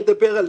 אני אדבר על זה.